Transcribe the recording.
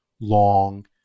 long